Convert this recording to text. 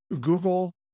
Google